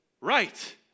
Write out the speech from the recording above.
right